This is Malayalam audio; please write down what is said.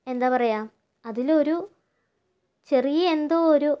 എന്താ പറയുക അതിലൊരു ചെറിയ എന്തോ ഒരു